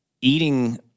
eating